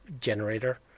generator